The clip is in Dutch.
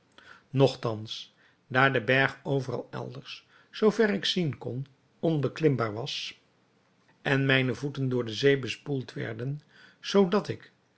nogtans daar de berg overal elders zoo ver ik zien kon onbeklimbaar was en mijne voeten door de zee bespoeld werden zoo dat ik